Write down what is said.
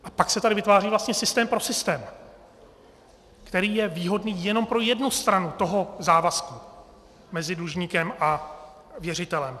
A pak se tady vytváří vlastně systém pro systém, který je výhodný jenom pro jednu stranu toho závazku mezi dlužníkem a věřitelem.